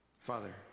Father